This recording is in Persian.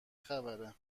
خبره